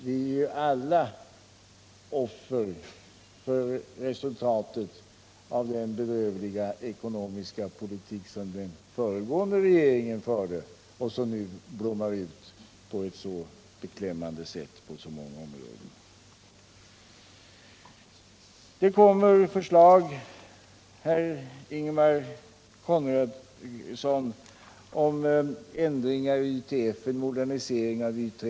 Vi är alla offer för resultatet av den be drövliga ekonomiska politik som den föregående regeringen förde och som nu blommar ut på ett så beklämmande sätt på så många områden. Det kommer förslag, herr Ingemar Konradsson, om en modernisering av YTF.